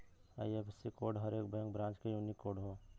IFSC code हर एक bank branch क यूनिक कोड हौ